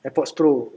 Airpods Pro